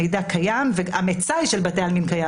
המידע קיים ומצאי של בתי העלמין קיים.